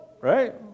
right